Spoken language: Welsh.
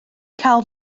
cael